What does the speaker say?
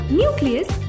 nucleus